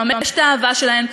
לממש את האהבה שלהן,